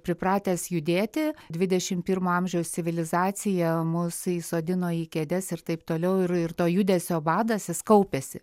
pripratęs judėti dvidešim pirmo amžiaus civilizacija mus įsodino į kėdes ir taip toliau ir ir to judesio badas jis kaupiasi